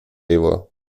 его